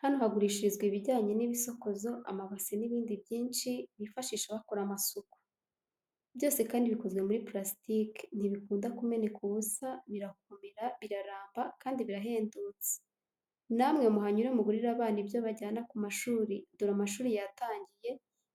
Hano hagurishirizwa ibibijyanye n'ibisokozo, amabase n'ibindi byinshi bifashisha bakora amasuku. Byose kandi bikozwe muri purastike, ntibikunda kumeneka ubusa, birakomera, biraramba kandi birahendutse, na mwe muhanyure mugurire abana ibyo bajyana ku mashuri dore amashuri yatangiye,